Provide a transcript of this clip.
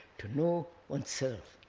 to know oneself?